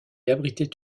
abritait